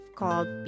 called